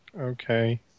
Okay